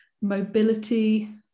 mobility